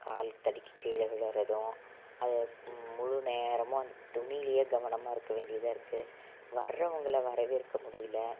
கால் தடுக்கி கீழே விழுகிறதும் அதை முழு நேரமும் அந்த துணியிலயே கவனமாக இருக்க வேண்டியதாக இருக்குது வரவங்களை வரவேற்க முடியல